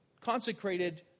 consecrated